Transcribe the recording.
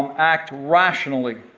act rationally,